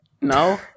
No